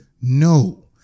No